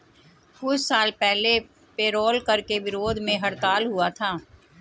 कुछ साल पहले पेरोल कर के विरोध में हड़ताल हुआ था